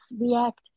react